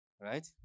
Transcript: right